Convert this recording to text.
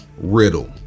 Riddle